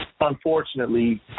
Unfortunately